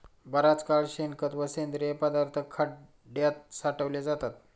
बराच काळ शेणखत व सेंद्रिय पदार्थ खड्यात साठवले जातात